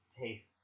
tastes